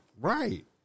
Right